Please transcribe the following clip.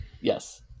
Yes